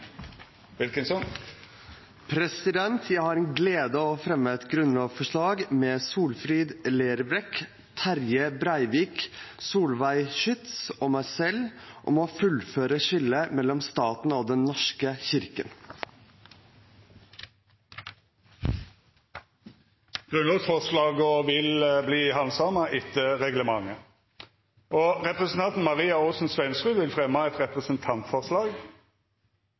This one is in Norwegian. Solfrid Lerbrekk, Terje Breivik, Solveig Schytz og meg selv om å fullføre skillet mellom staten og Den norske kirke. Grunnlovsforslaga vil verta handsama etter reglementet. Representanten Maria Aasen-Svensrud vil framsetja eit representantforslag. På vegne av representantene Arild Grande, Lene Vågslid og meg selv ønsker jeg å fremme et representantforslag